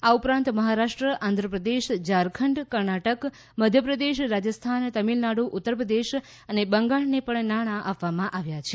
આ ઉપરાંત મહારાષ્ટ્ર આંધ્રપ્રદેશ ઝારખંડ કર્ણાટક મધ્યપ્રદેશ રાજસ્થાન તમિલનાડુ ઉત્તરપ્રદેશ અને બંગાળને નાણાં આપવામાં આવ્યા છે